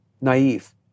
naive